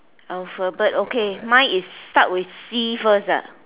alphabet okay mine is start with C first ah